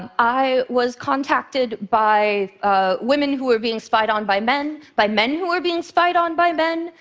i was contacted by women who were being spied on by men, by men who were being spied on by men,